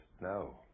no